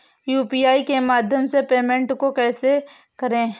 UPI के माध्यम से पेमेंट को कैसे करें?